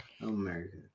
America